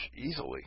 easily